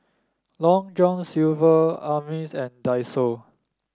Long John Silver Ameltz and Daiso